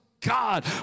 God